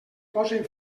posen